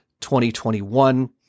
2021